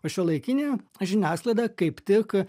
o šiuolaikinė žiniasklaida kaip tik